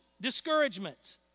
discouragement